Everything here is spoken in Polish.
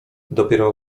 dopiero